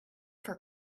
for